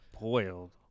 Boiled